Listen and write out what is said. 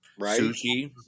sushi